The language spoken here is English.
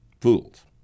fools